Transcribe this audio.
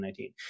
2019